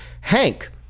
Hank